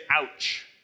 ouch